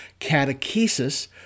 Catechesis